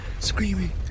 screaming